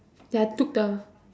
then I took the